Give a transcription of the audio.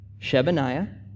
Shebaniah